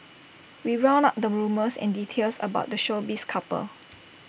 we round up the rumours and details about the showbiz couple